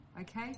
Okay